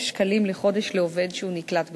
שקלים לחודש לעובד שנקלט בחקלאות.